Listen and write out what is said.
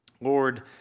Lord